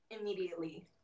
immediately